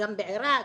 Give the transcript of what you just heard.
גם בעירק,